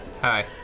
Hi